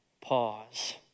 pause